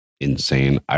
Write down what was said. insane